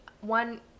one